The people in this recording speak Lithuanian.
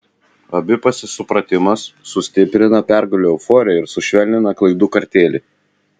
abipusis supratimas sustiprina pergalių euforiją ir sušvelnina klaidų kartėlį